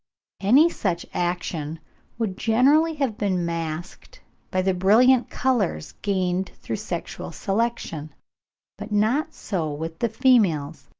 any such action would generally have been masked by the brilliant colours gained through sexual selection but not so with the females.